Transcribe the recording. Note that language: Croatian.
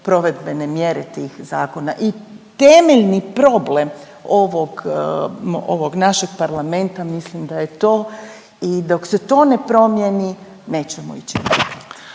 provedbene mjere tih zakona i temeljni problem ovog, ovog našeg parlamenta mislim da je to i dok se to ne promjeni nećemo ići